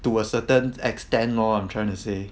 to a certain extent lor I'm trying to say